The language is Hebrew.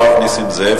הרב נסים זאב,